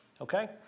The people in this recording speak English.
okay